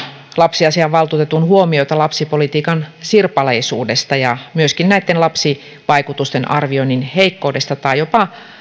lapsiasiainvaltuutetun huomioita lapsipolitiikan sirpaleisuudesta ja myöskin näitten lapsivaikutusten arvioinnin heikkoudesta tai jopa